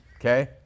Okay